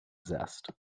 zest